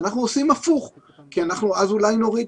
ואנחנו עושים הפוך כי אנחנו אז אולי נוריד